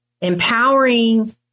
Empowering